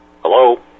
Hello